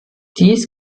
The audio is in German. dies